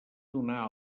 donar